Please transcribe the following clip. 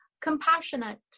compassionate